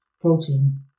protein